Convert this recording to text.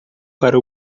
para